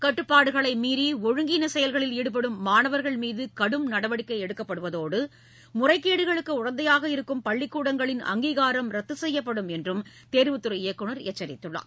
கட்டுப்பாடுகளை மீறி ஒழுங்கீன செயல்களில் ஈடுபடும் மாணவர்கள் மீது கடும் நடவடிக்கை எடுக்கப்படுவதோடு முறைகேடுகளுக்கு உடந்தையாக இருக்கும் பள்ளிக் கூடங்களின் அங்கீகாரம் ரத்து செய்யப்படும் என்றும் தேர்வுத்துறை இயக்குநர் எச்சரித்துள்ளார்